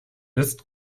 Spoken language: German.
ist